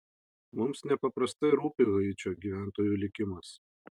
mums nepaprastai rūpi haičio gyventojų likimas